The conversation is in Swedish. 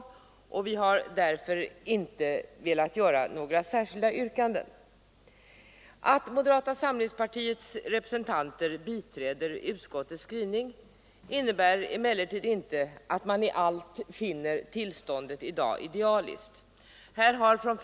Vi har därför inte velat nu framställa några särskilda yrkanden. Att moderata samlingspartiets representanter biträtt utskottets skrivning innebär emellertid inte att de i allt finner tillståndet idealiskt för närvarande.